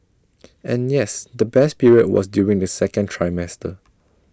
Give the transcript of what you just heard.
and yes the best period was during the second trimester